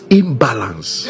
imbalance